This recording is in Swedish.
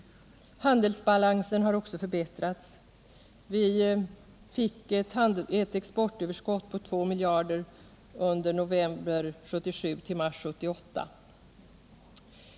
Handelsbalansen har också förbättrats. Vi fick ett exportöverskott på 2 miljarder under tiden november 1977-mars 1978.